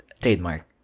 Trademark